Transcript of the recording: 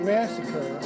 Massacre